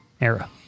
Era